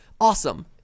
awesome